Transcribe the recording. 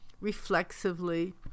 reflexively